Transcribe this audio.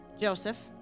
Joseph